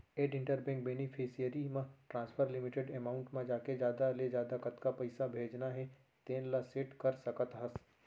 add inter bank beneficiary म transfer limit amount म जाके जादा ले जादा कतका पइसा भेजना हे तेन ल सेट कर सकत हस